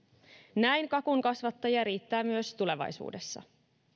näin kakun kasvattajia riittää myös tulevaisuudessa